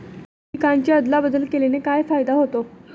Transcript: पिकांची अदला बदल केल्याने काय फायदा होतो?